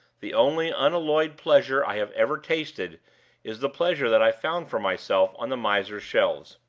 the only unalloyed pleasure i have ever tasted is the pleasure that i found for myself on the miser's shelves.